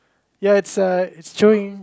ya it's uh it's chewing